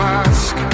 ask